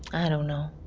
i don't know.